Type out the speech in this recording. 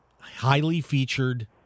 highly-featured